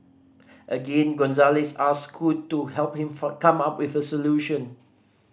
again Gonzalez asked Scoot to help him for come up with a solution